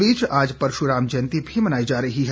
इस बीच आज परशुराम जयंती भी मनाई जा रही है